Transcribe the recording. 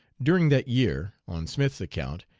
during that year, on smith's account,